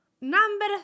Number